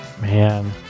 man